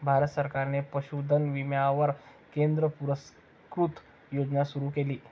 भारत सरकारने पशुधन विम्यावर केंद्र पुरस्कृत योजना सुरू केली